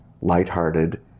lighthearted